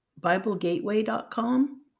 BibleGateway.com